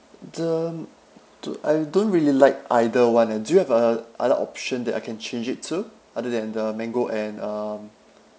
the um two I don't really like either one and do you have a other option that I can change it to other than the mango and um